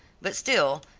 but still,